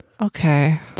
Okay